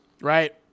Right